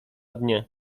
dnie